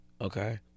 okay